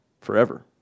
forever